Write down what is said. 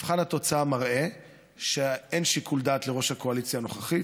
מבחן התוצאה מראה שאין שיקול דעת לראש הקואליציה הנוכחי,